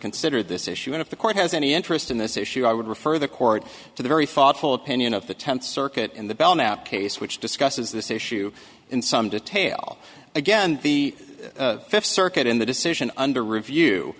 considered this issue and if the court has any interest in this issue i would refer the court to the very thoughtful opinion of the tenth circuit in the belknap case which discusses this issue in some detail again the fifth circuit in the decision under review